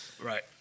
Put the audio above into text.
Right